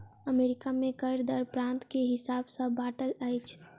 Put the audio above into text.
America में कर दर प्रान्त के हिसाब सॅ बाँटल अछि